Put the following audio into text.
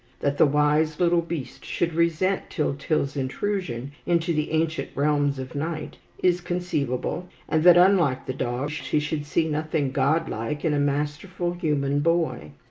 that the wise little beast should resent tyltyl's intrusion into the ancient realms of night, is conceivable, and that, unlike the dog, she should see nothing godlike in a masterful human boy,